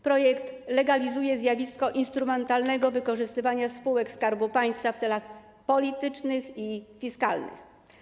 Projekt legalizuje zjawisko instrumentalnego wykorzystywania spółek Skarbu Państwa w celach politycznych i fiskalnych.